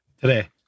Today